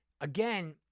again